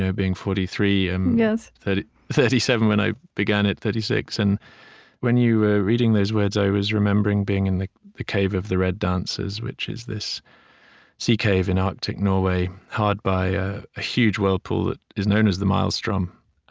ah being forty three and yeah thirty seven when i began it, thirty six. and when you were reading those words, i was remembering being in the the cave of the red dancers, which is this sea cave in arctic norway, hard by a huge whirlpool that is known as the maelstrom,